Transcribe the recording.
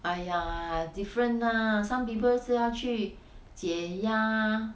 !aiya! different lah some people 是要去减压